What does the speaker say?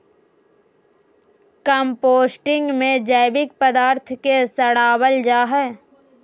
composting में जैविक पदार्थ के सड़ाबल जा हइ